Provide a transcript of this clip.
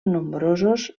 nombrosos